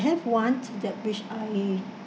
have one that which I